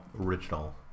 original